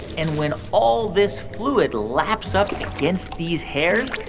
and when all this fluid laps up against these hairs,